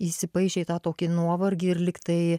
įsipaišė į tą tokį nuovargį ir lyg tai